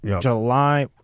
july